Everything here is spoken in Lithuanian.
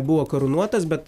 buvo karūnuotas bet